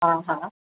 हा हा